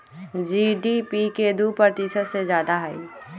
GDP के दु प्रतिशत से जादा हई